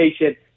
patient